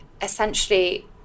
essentially